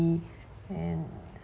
and